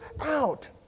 out